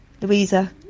Louisa